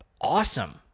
awesome